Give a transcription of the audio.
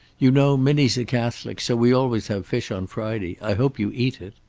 you know minnie's a catholic, so we always have fish on friday. i hope you eat it.